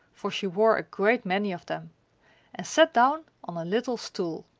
for she wore a great many of them and sat down on a little stool.